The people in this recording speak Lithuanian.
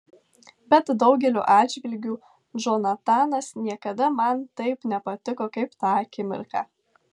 bet daugeliu atžvilgių džonatanas niekada man taip nepatiko kaip tą akimirką